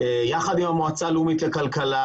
יחד עם המועצה הלאומית לכלכלה,